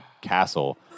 castle